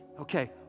okay